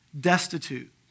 destitute